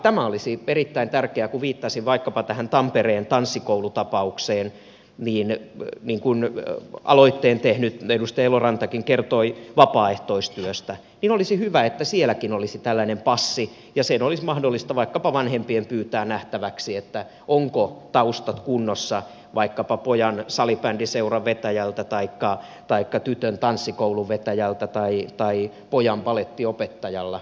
tämä olisi erittäin tärkeää kun viittasin vaikkapa tampereen tanssikoulutapaukseen niin kuin aloitteen tehnyt edustaja elorantakin kertoi vapaaehtoistyöstä olisi hyvä että sielläkin olisi tällainen passi ja se olisi mahdollista vaikkapa vanhempien pyytää nähtäväksi että taustat ovat kunnossa vaikkapa pojan salibandyseuran vetäjällä taikka tytön tanssikoulun vetäjältä tai pojan balettiopettajalla